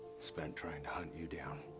spent trying to hunt you down.